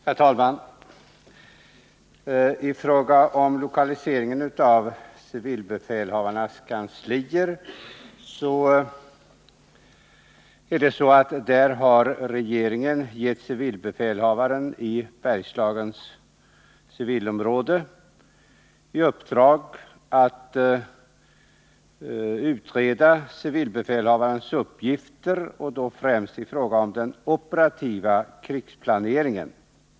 Herr talman! I fråga om lokaliseringen av civilbefälhavarnas kanslier har regeringen gett civilbefälhavaren i Bergslagens civilområde i uppdrag att utreda civilbefälhavarnas uppgifter främst i fråga om den operativa krigsplaneringen.